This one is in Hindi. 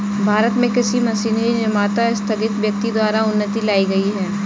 भारत में कृषि मशीनरी निर्माता स्थगित व्यक्ति द्वारा उन्नति लाई गई है